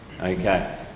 Okay